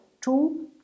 two